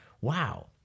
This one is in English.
Wow